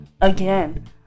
Again